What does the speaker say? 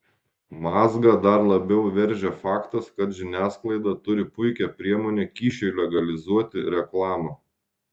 mazgą dar labiau veržia faktas kad žiniasklaida turi puikią priemonę kyšiui legalizuoti reklamą